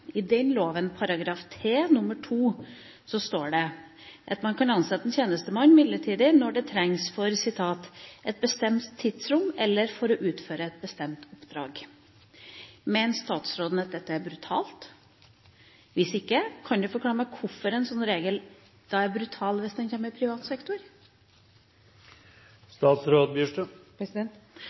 I den loven § 3, nr. 2, står det at man kan ansette en tjenestemann midlertidig når det trengs for «et bestemt tidsrom eller for å utføre et bestemt oppdrag». Mener statsråden at dette er brutalt? Hvis ikke – kan hun forklare meg hvorfor en sånn regel er brutal hvis den kommer i privat sektor?